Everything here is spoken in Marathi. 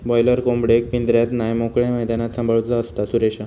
बॉयलर कोंबडेक पिंजऱ्यात नाय मोकळ्या मैदानात सांभाळूचा असता, सुरेशा